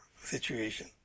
situation